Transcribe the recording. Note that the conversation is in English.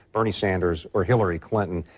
bernie sanders or hillary clinton.